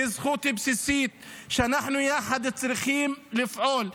היא זכות בסיסית ואנחנו צריכים לפעול יחד.